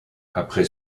après